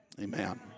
Amen